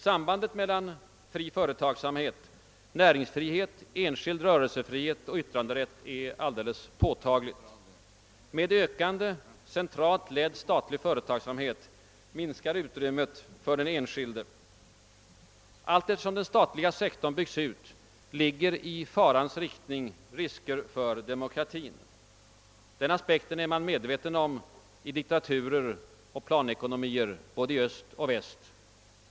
Sambandet mellan fri företagsamhet, näringsfrihet, enskild rörelsefrihet och yttranderätt är påtagligt. Med ökande centralt ledd statlig företagsamhet minskar utrymmet för den enskilde. Allteftersom den statliga sektorn byggs ut ligger i farans riktning risker för demokratin. Den aspekten är man medveten om i diktaturer och planekonomier både i öst och väst.